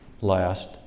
Last